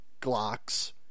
Glocks